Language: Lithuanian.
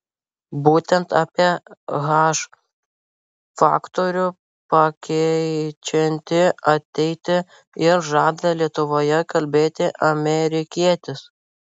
būtent apie h faktorių pakeičiantį ateitį ir žada lietuvoje kalbėti amerikietis